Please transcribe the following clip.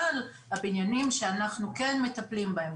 אבל הבניינים שאנחנו כן מטפלים בהם,